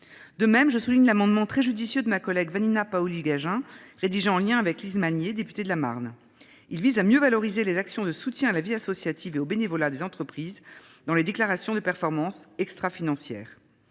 De même, je signale l’amendement très judicieux de ma collègue Vanina Paoli Gagin, rédigé en lien avec Lise Magnier, députée de la Marne. Il vise à mieux valoriser les actions de soutien à la vie associative et au bénévolat des entreprises dans les déclarations de performance extrafinancière.